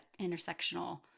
intersectional